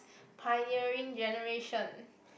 pioneering generation